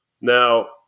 Now